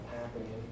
happening